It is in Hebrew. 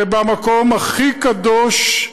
התנועה הרפורמית, שבמקום הכי קדוש,